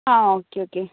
ആ okay okay